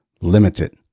limited